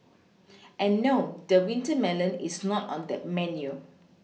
and no the winter melon is not on that menu